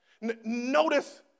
Notice